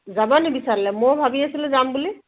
যাব নেকি বিশাললৈ মইয়ো ভাবি আছিলোঁ যাম বুলি